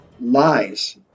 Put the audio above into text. lies